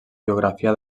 biografia